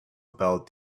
about